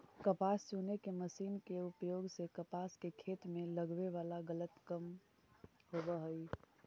कपास चुने के मशीन के उपयोग से कपास के खेत में लगवे वाला लगत कम होवऽ हई